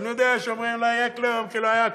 ואני יודע שאומרים: לא היה כלום כי לא היה כלום,